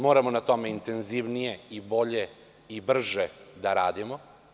Moramo na tome intenzivnije i bolje i brže da radimo.